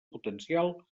potencial